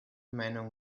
meinung